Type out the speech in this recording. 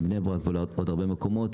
לבני ברק ולעוד הרבה מקומות.